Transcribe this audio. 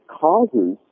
causes